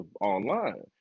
online